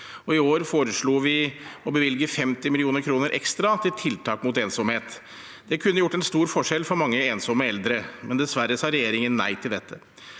I år foreslo vi å bevilge 50 mill. kr ekstra til tiltak mot ensomhet. Det kunne utgjort en stor forskjell for mange ensomme eldre, men dessverre sa regjeringen nei til dette.